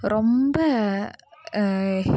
ரொம்ப